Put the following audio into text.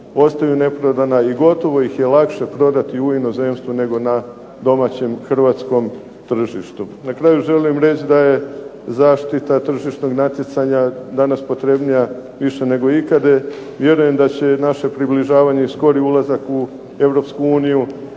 ostaju neprodana i gotovo ih je lakše prodati u inozemstvo nego na domaćem hrvatskom tržištu. Na kraju želim reći da je zaštita tržišnog natjecanja danas potrebnija više nego ikad. Vjerujem da će i naše približavanje i skori ulazak u